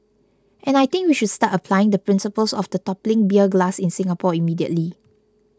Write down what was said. and I think we should start applying the principles of the toppling beer glass in Singapore immediately